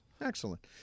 Excellent